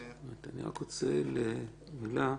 אני רק רוצה לומר מילה: